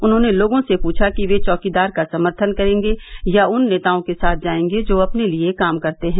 उन्होंने लोगों से पूछा कि वे चौकीदार का समर्थन करेंगे या उन नेताओं के साथ जाएंगे जो अपने लिए काम करते हैं